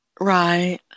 Right